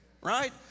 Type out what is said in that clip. right